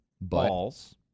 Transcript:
balls